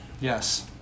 Yes